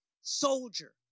soldier